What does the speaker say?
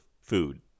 food